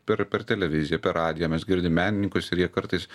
per per televiziją per radiją mes girdim menininkus ir jie kartais